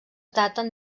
daten